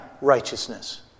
righteousness